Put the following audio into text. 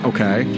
Okay